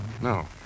No